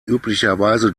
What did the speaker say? üblicherweise